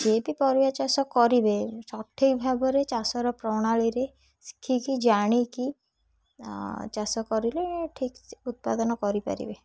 ଯିଏ ବି ପରିବା ଚାଷ କରିବେ ସଠିକ୍ ଭାବରେ ଚାଷର ପ୍ରଣାଳୀରେ ଶିଖିକି ଜାଣିକି ଚାଷ କରିଲେ ଠିକ୍ ଉତ୍ପାଦନ କରିପାରିବେ